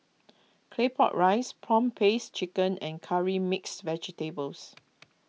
Claypot Rice Prawn Paste Chicken and Curry Mixed Vegetables